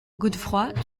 godefroid